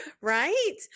right